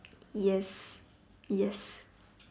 yes yes